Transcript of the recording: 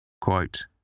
Quote